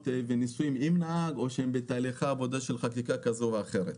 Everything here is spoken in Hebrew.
וניסויים עם נהג או בתהליכי עבודה של חקיקה כזאת או אחרת.